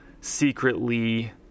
secretly